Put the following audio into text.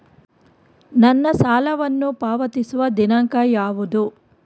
ನನ್ನ ಸಾಲವನ್ನು ಪಾವತಿಸುವ ದಿನಾಂಕ ಯಾವುದು?